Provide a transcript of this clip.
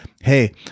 hey